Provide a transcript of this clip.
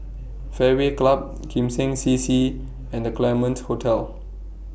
Fairway Club Kim Seng C C and The Claremont Hotel